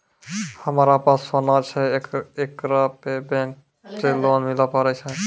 हमारा पास सोना छै येकरा पे बैंक से लोन मिले पारे छै?